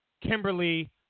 Kimberly